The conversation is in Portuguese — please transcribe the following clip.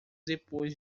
depois